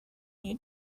you